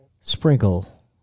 sprinkle